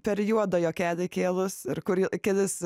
per juodą juokelį įkėlus ir kurį kelis